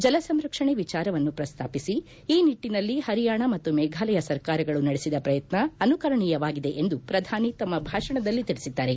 ಜಲಸಂರಕ್ಷಣೆ ವಿಚಾರವನ್ನು ಪ್ರಸ್ತಾಪ ಮಾಡಿದ ಅವರು ಈ ನಿಟ್ಟನಲ್ಲಿ ಹರಿಯಾಣ ಮತ್ತು ಮೇಘಾಲಯ ಸರ್ಕಾರಗಳು ನಡೆಸಿದ ಪ್ರಯತ್ನ ಅನುಕರಣಿಯವಾಗಿದೆ ಎಂದು ಪ್ರಧಾನಿ ತಮ್ಮ ಭಾಷಣದಲ್ಲಿ ತಿಳಿಸಿದ್ದಾರೆ